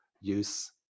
use